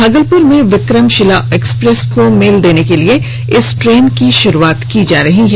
भागलपुर में विक्रमशिला एक्सप्रेस को मेल देने के लिए इस ट्रेन की शुरुआत की जा रही है